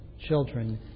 children